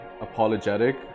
apologetic